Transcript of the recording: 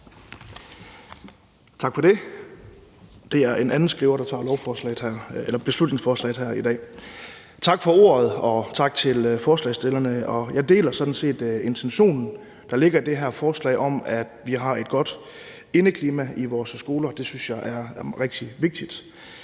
Tak for det. Det er en anden Skriver, der tager beslutningsforslaget her i dag. Tak for ordet, og tak til forslagsstillerne. Jeg deler sådan set intentionen, der ligger i det her forslag, om, at vi skal have et godt indeklima i vores skoler. Det synes jeg er rigtig vigtigt.